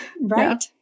Right